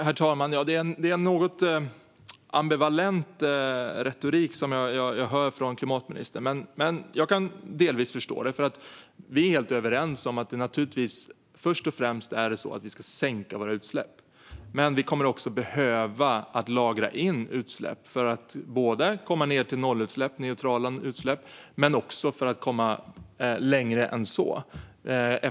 Herr talman! Det är en något ambivalent retorik som jag hör från klimatministern. Men jag kan delvis förstå den. Vi är helt överens om att det naturligtvis först och främst är så att vi ska minska våra utsläpp. Men vi kommer också att behöva lagra in utsläpp för att komma ned till nollutsläpp, neutrala utsläpp, och sedan komma längre än så.